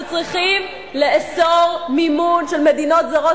אנחנו צריכים לאסור מימון של מדינות זרות,